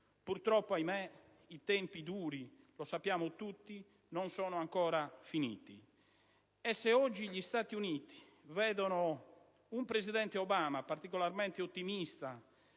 Purtroppo, ahimè, i tempi duri - lo sappiamo tutti - non sono ancora finiti. E se oggi gli Stati Uniti vedono un presidente Obama particolarmente ottimista